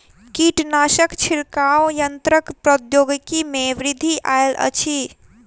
कीटनाशक छिड़काव यन्त्रक प्रौद्योगिकी में वृद्धि आयल अछि